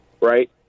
right